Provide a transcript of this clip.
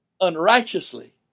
unrighteously